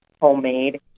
homemade